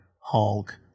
Hulk